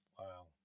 Wow